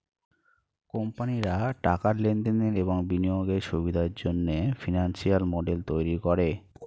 কোম্পানিরা টাকার লেনদেনের এবং বিনিয়োগের সুবিধার জন্যে ফিনান্সিয়াল মডেল তৈরী করে